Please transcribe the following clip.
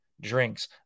drinks